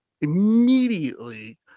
immediately